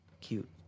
cute